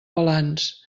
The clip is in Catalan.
balanç